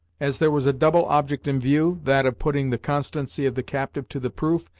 as there was a double object in view, that of putting the constancy of the captive to the proof,